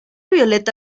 violeta